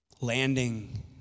Landing